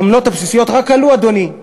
העמלות הבסיסיות רק עלו, אדוני.